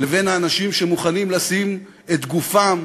לבין האנשים שמוכנים לשים את גופם